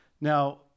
Now –